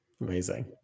amazing